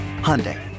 Hyundai